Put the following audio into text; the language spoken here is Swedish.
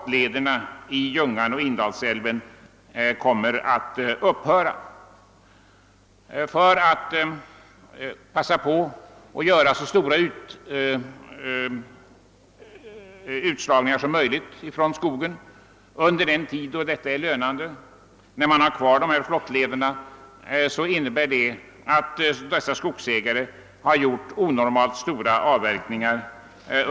Skogsägarna har gjort onormalt stora avverkningar under den senaste tiden, eftersom de velat passa på att göra så stora uttag som möjligt från skogen under den tid detta varit lönande, d.v.s. så länge flottlederna har funnits kvar.